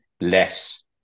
less